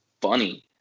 funny